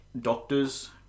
doctors